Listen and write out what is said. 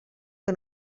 que